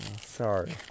Sorry